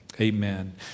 Amen